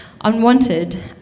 Unwanted